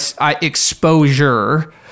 exposure